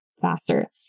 faster